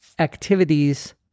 Activities